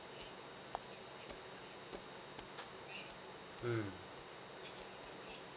mm